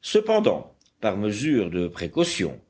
cependant par mesure de précaution